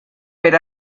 per